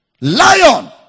Lion